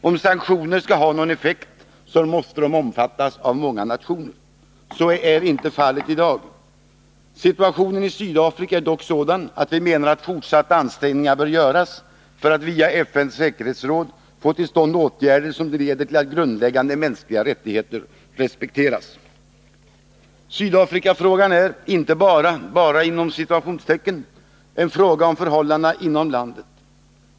Om sanktioner skall ha någon effekt, måste de omfattas av många nationer. Så är inte fallet i dag. Situationen i Sydafrika är dock sådan att vi menar att fortsatta ansträngningar bör göras för att via FN:s säkerhetsråd få till stånd åtgärder som leder till att grundläggande mänskliga rättigheter respekteras. Sydafrikafrågan är inte ”bara” en fråga om förhållandena inom landet.